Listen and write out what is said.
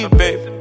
baby